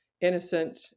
innocent